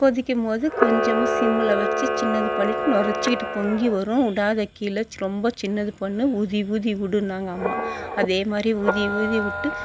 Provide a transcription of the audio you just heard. கொதிக்கும் போது கொஞ்சமாக சிம்மில் வச்சு சின்னது பண்ணிவிட்டு நொரைச்சிகிட்டு பொங்கி வரும் விடாத கீழே ரொம்ப சின்னது பண்ணு ஊதி ஊதி விடுன்னாங்க அம்மா அதேமாதிரி ஊதி ஊதி விட்டு